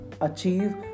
achieve